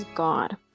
God